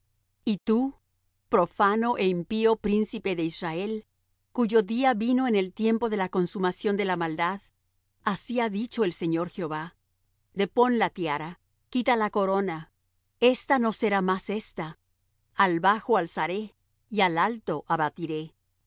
y tú profano é impío príncipe de israel cuyo día vino en el tiempo de la consumación de la maldad así ha dicho el señor jehová depón la tiara quita la corona ésta no será más ésta al bajo alzaré y al alto abatiré